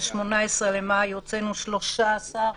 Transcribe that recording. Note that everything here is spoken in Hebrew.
ב-18 במאי הוצאנו 13 עצורים,